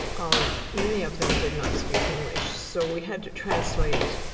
um many of them did not speak english, so we had to translate.